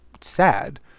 sad